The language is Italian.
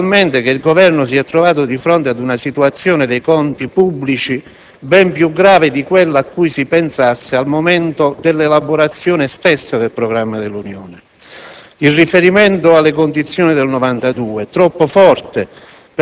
Vedremo con la legge finanziaria che cosa accadrà. Comprendo, naturalmente, che il Governo si è trovato di fronte ad una situazione dei conti pubblici ben più grave di quella a cui si pensasse al momento della elaborazione del programma dell'Unione.